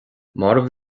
marbh